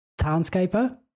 townscaper